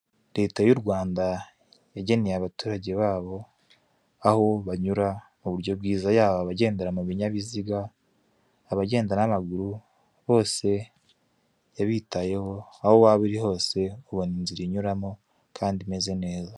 Leta y'u Rwanda yageneye abaturage babo aho banyura mu buryo bwiza yaba abagendera mu binyabiziga, abagenda n'amaguru bose yabitayeho aho waba uri hose ubona inzira inyuramo kandi imeze neza.